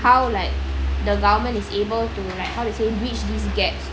how like the government is able to like how to say reach these gaps